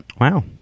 Wow